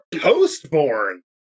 post-born